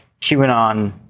QAnon